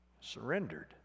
Surrendered